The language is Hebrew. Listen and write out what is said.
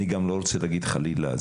אני גם לא רוצה להגיד חלילה,